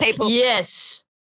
Yes